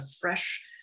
fresh